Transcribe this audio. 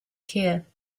care